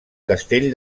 castell